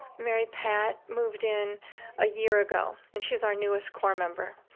mary pat moved in a year ago, and she's our newest core member.